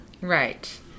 Right